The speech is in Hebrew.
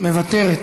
מוותרת,